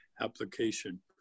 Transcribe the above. application